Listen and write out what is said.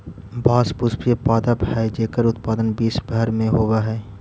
बाँस पुष्पीय पादप हइ जेकर उत्पादन विश्व भर में होवऽ हइ